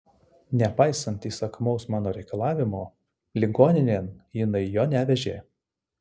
nepaisant įsakmaus mano reikalavimo ligoninėn jinai jo nevežė